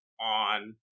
on